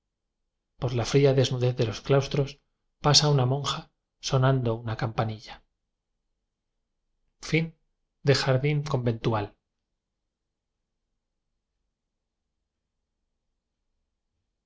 por la fría desnudez de los claus tros pasa una monja sonando una campa